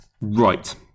Right